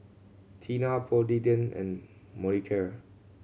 Tena Polident and Molicare